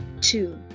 two